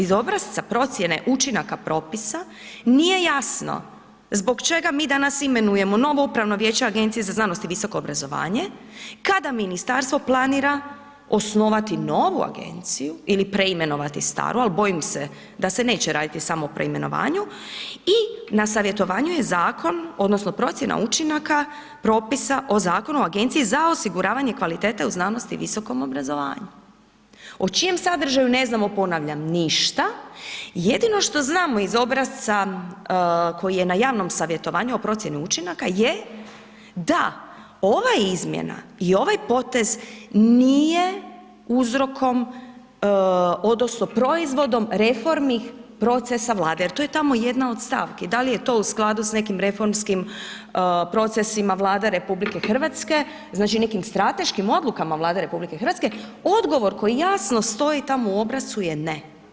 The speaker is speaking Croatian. I obrasca procjene učinaka propisa, nije jasno zbog čega mi danas imenujemo novo upravno vijeće Agencije za znanost i visoko obrazovanje kada ministarstvo planira osnovati novu agenciju ili preimenovati staru ali bojim se da se neće raditi samo o preimenovanju i na savjetovanju je zakon odnosno procjena učinaka propisa o zakonu agencije za osiguravanje kvalitete u znanosti i visokom obrazovanju o čijem sadržaju ne znamo ponavljam ništa, jedino što znamo iz obrasca koji je na javnom savjetovanju o procjeni učinaka je da ova izmjena i ovaj potez nije uzrokom odnosno reformnih procesa Vlade jer to je tamo jedna od stavki, da li je to u skladu sa nekim reformskim procesima Vlade RH, znači nekim strateškim odlukama Vlade RH, odgovor koji jasno stoji tamo u obrascu je ne.